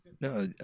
No